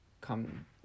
come